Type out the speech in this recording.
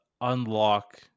unlock